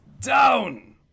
down